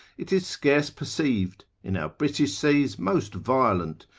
it is scarce perceived, in our british seas most violent,